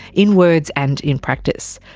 in words and in practice.